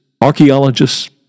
archaeologists